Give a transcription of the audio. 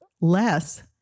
less